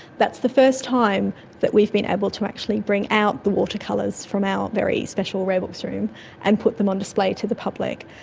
that's the first time that we've been able to actually bring out the watercolours from our very special rare books room and put them on display to the public.